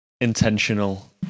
intentional